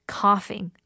coughing